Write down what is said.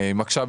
ומקשה,